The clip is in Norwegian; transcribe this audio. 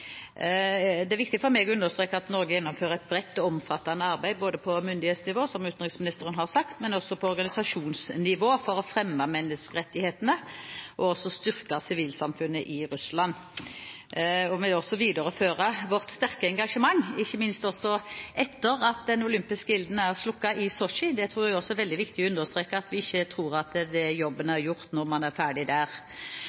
meg å understreke at Norge gjennomfører et bredt og omfattende arbeid ikke bare på myndighetsnivå – som utenriksministeren har sagt – men også på organisasjonsnivå for å fremme menneskerettighetene og styrke sivilsamfunnet i Russland. Vi vil også videreføre vårt sterke engasjement, ikke minst etter at den olympiske ilden er slukket i Sotsji. Jeg tror det er veldig viktig å understreke at vi ikke tror at jobben er gjort når man er ferdig der. Når det